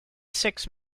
sixth